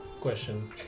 Question